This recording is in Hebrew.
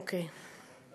אוקיי.